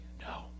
no